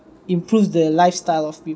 improve the lifestyle of